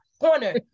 corner